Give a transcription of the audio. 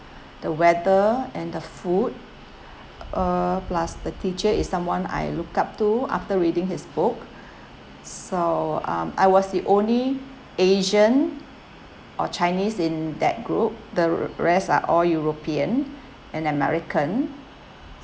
the weather and the food uh plus the teacher is someone I look up to after reading his book so um I was the only asian or chinese in that group the rest are all european and american